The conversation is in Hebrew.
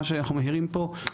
מה שאנחנו מעירים פה,